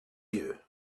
you